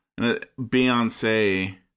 Beyonce